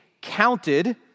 counted